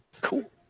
Cool